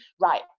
right